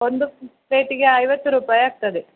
ಒಂದು ಪ್ಲೇಟಿಗೆ ಐವತ್ತು ರುಪಾಯ್ ಆಗ್ತದೆ